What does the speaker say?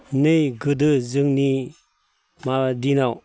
नै गोदो जोंनि माबा दिनाव